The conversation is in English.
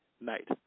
night